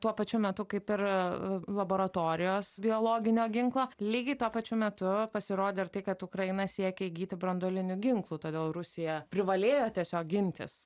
tuo pačiu metu kaip ir laboratorijos biologinio ginklo lygiai tuo pačiu metu pasirodė ir tai kad ukraina siekia įgyti branduolinių ginklų todėl rusija privalėjo tiesiog gintis